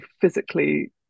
physically